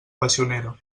passionera